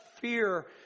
fear